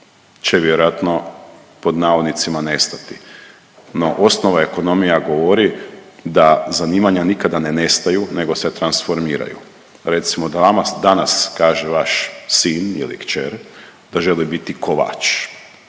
će vjerojatno „nestati“. No osnova ekonomija govori da zanimanja nikada ne nestaju nego se transformiraju. Recimo da vama danas kaže vaš sin ili kćer da želi biti kovač,